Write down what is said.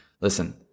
Listen